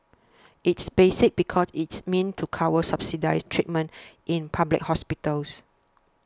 it's basic because it's meant to cover subsidised treatment in public hospitals